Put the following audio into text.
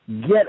get